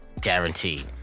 Guaranteed